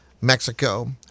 Mexico